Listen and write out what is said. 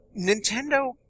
Nintendo